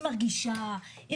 היא מרגישה.